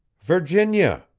virginia!